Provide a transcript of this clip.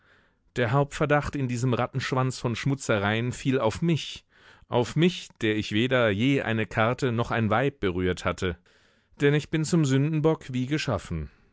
der hauptverdacht in diesem rattenschwanz von schmutzereien fiel auf mich auf mich der ich weder je eine karte noch ein weib berührt hatte denn ich bin zum sündenbock wie geschaffen